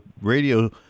radio